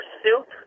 soup